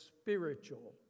spiritual